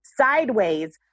sideways